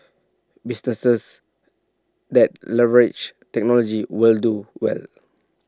businesses that leverage technology will do well